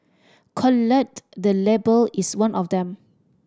collate the Label is one of them